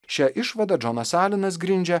šią išvadą džonas alenas grindžia